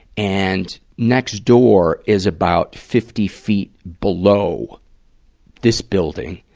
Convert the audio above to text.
and next door is about fifty feet below this building.